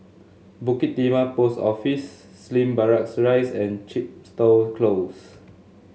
Bukit Timah Post Office Slim Barracks Rise and Chepstow Close